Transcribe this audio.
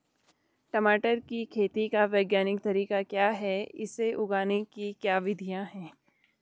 टमाटर की खेती का वैज्ञानिक तरीका क्या है इसे उगाने की क्या विधियाँ हैं?